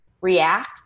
react